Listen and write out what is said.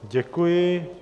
Děkuji.